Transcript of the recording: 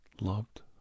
loved